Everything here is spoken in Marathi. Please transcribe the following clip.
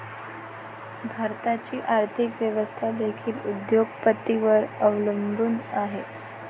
भारताची आर्थिक व्यवस्था देखील उद्योग पतींवर अवलंबून आहे